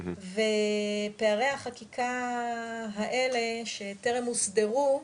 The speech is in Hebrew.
פערי החקיקה האלה שטרם הוסדרו,